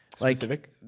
specific